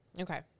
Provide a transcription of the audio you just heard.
Okay